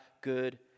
good